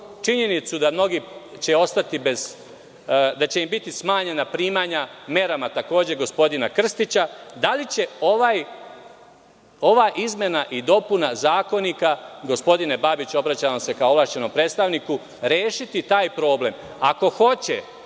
činjenicu da će im biti smanjena primanja, merama gospodina Krstića. Da li će ova izmena i dopuna zakonika, gospodine Babiću, obraćam vam se kao ovlašćenom predstavniku, rešiti taj problem? Ako hoće,